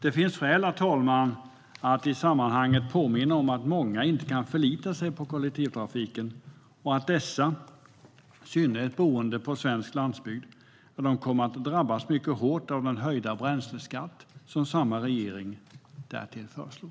Det finns skäl, herr talman, att i sammanhanget påminna om att många inte kan förlita sig på kollektivtrafiken och att de, i synnerhet de som bor på landsbygden, kommer att drabbas hårt av den höjda bränsleskatt som samma regering därtill föreslår.